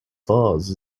vase